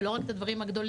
ולא רק את הדברים הגדולים,